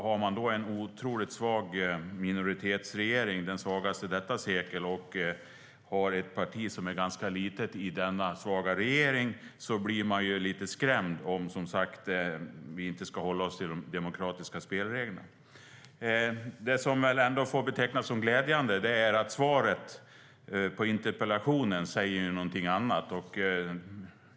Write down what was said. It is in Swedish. Har man då en otroligt svag minoritetsregering - den svagaste under detta sekel - och har ett parti som är ganska litet i denna svaga regering är det lite skrämmande om man inte håller sig till de demokratiska spelreglerna. Det som ändå får betecknas som glädjande är att svaret på interpellationen säger något annat.